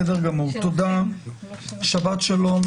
שבת שלום.